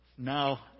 now